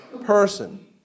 person